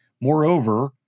Moreover